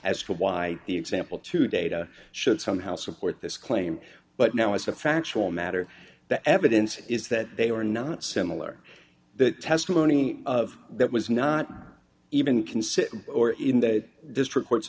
as to why the example to data should somehow support this claim but now as a factual matter the evidence is that they are not similar the testimony of that was not even considered or in that district